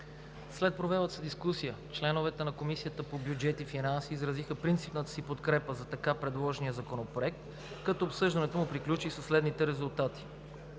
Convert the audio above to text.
След провелата се дискусия членовете на Комисията по бюджет и финанси изразиха принципната си подкрепа за така предложения законопроект, като обсъждането му приключи със следните резултати: